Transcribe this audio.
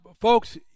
folks